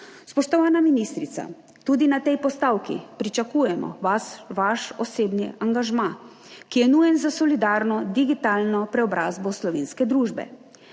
Spoštovana ministrica, tudi na tej postavki pričakujemo vaš osebni angažma, ki je nujen za solidarno digitalno preobrazbo slovenske družbe.